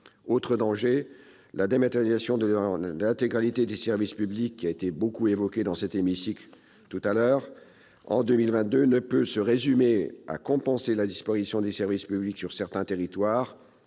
Autre danger, la dématérialisation de l'intégralité des services publics en 2022, très largement évoquée dans cet hémicycle aujourd'hui, ne peut se résumer à compenser la disparition des services publics sur certains territoires